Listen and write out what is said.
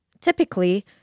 Typically